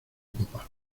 popa